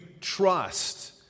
trust